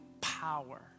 power